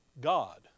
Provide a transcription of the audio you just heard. God